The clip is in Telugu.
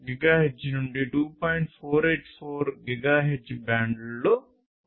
484 గిగాహెర్ట్జ్ బ్యాండ్లో ఉపయోగించబడుతుంది